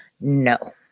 no